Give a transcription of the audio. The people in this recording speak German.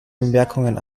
bemerkungen